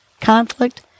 conflict